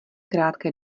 krátké